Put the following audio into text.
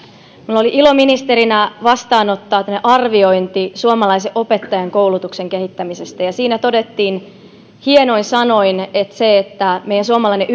minulla oli ilo ministerinä vastaanottaa arviointi suomalaisen opettajankoulutuksen kehittämisestä ja siinä todettiin hienoin sanoin että meidän suomalainen